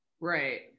Right